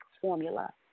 formula